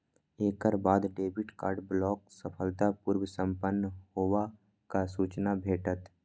एकर बाद debit card block सफलतापूर्व संपन्न हेबाक सूचना भेटत